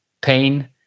pain